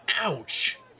ouch